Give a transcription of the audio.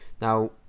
Now